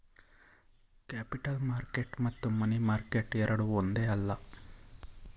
capital market ಮತ್ತು money market ಎರಡೂ ಒಂದೇ ಅಲ್ಲ